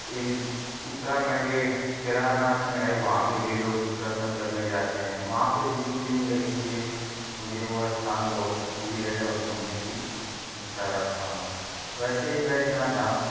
एक उतराखंड के केदारनाथ में है वहाँ पर भी लोग दर्शन करने जाते हैं वहाँ पर भी शिवलिंग है इसलिए मुझे वो स्थान बहुत प्रिय है और घूमने की इच्छा रखता हूँ वैसे ही बैजनाथ धाम